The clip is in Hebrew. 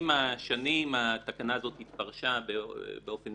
עם השנים, התקנה הזאת התפרשה באופן